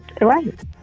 right